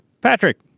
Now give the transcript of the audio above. patrick